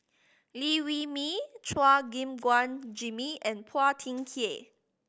Liew Wee Mee Chua Gim Guan Jimmy and Phua Thin Kiay